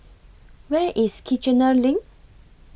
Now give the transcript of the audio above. Where IS Kiichener LINK